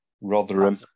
Rotherham